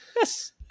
Yes